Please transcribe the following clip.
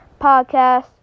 podcast